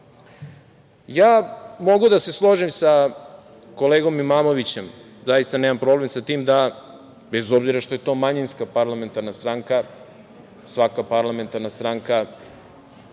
da se složim sa kolegom Imamović, zaista nemam problem sa tim, bez obzira što je to manjinska parlamentarna stranka, svaka parlamentarna stranka